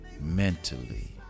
mentally